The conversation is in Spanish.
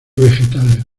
vegetales